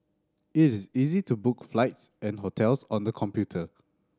it is easy to book flights and hotels on the computer